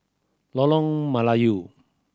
Lolong Melayu